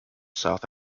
south